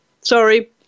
Sorry